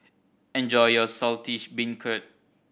enjoy your Saltish Beancurd